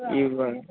ఇవిగోండి